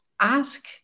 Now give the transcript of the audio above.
ask